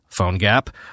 PhoneGap